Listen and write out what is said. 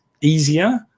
easier